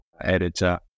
editor